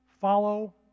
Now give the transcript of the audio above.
Follow